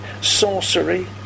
sorcery